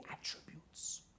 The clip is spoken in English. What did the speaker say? attributes